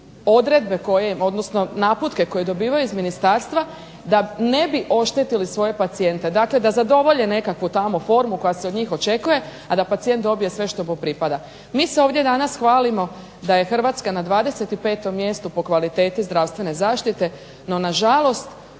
spremni eskivirati naputke koje dobivaju iz Ministarstva da ne bi oštetili svoje pacijente. Dakle, da zadovolje nekakvu formu koja se od njih očekuje, a da pacijent dobije sve što mu pripada. MI se ovdje danas hvalimo da je Hrvatska na 25. mjestu po kvaliteti zdravstvene zaštite, no na žalost